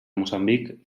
moçambic